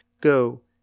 Go